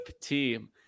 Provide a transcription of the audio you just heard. team